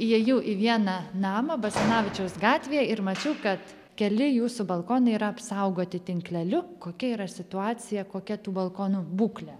įėjau į vieną namą basanavičiaus gatvėje ir mačiau kad keli jūsų balkonai yra apsaugoti tinkleliu kokia yra situacija kokia tų balkonų būklė